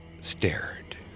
stared